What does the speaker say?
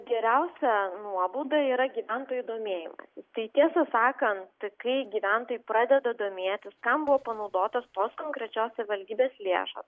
geriausia nuobauda yra gyventojų domėjimasis tai tiesą sakant kai gyventojai pradeda domėtis kam buvo panaudotos tos konkrečios savivaldybės lėšos